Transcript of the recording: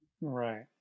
Right